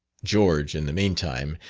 george, in the meantime,